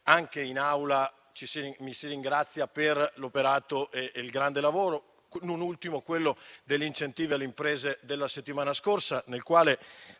anche in Aula mi si ringrazia per il mio operato e il grande lavoro; non ultimo il provvedimento sugli incentivi alle imprese della settimana scorsa, nel quale